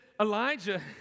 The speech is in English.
Elijah